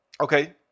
Okay